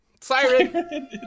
Siren